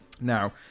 Now